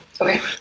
okay